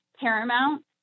Paramount